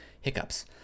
hiccups